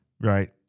right